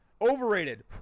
Overrated